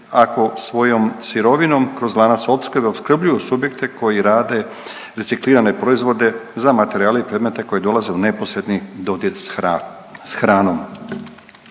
ako svojom sirovinom kroz lanac opskrbe opskrbljuju subjekte koji rade reciklirane proizvode za materijale i predmete koji dolaze u neposredni dodir s hranom.